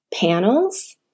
panels